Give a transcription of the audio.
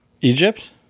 Egypt